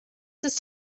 ist